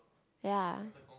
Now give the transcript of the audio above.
ya